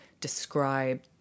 describe